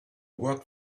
work